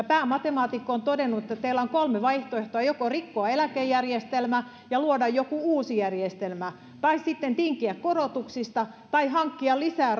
päämatemaatikko on todennut että teillä on kolme vaihtoehtoa joko rikkoa eläkejärjestelmä ja luoda joku uusi järjestelmä tai sitten tinkiä korotuksista tai hankkia lisää